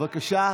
בבקשה.